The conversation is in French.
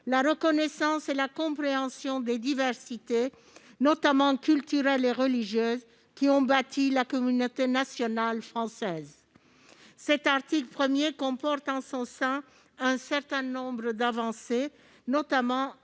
la reconnaissance et la compréhension des diversités, notamment culturelles et religieuses, qui ont fondé la communauté nationale française. L'article 1 comporte un certain nombre d'avancées, notamment